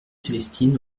célestine